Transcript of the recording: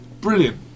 brilliant